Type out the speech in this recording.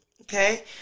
Okay